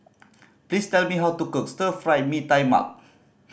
please tell me how to cook Stir Fried Mee Tai Mak